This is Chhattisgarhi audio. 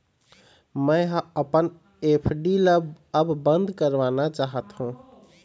मै ह अपन एफ.डी ला अब बंद करवाना चाहथों